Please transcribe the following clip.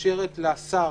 שמאפשרת לשר,